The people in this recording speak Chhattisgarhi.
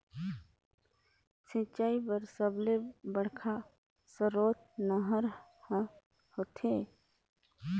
सिंचई बर सबले बड़का सरोत नहर ह होथे